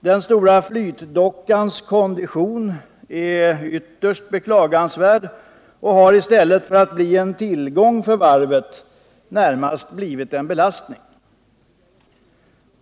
Den stora flytdockans kondition är ytterst beklagansvärd och har i stället för att bli en tillgång för varvet närmast blivit en belastning.